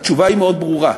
התשובה היא מאוד ברורה: